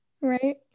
right